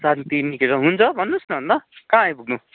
शान्तिनिकेतन हुन्छ भन्नुहोस् न अन्त कहाँ आइपुग्नु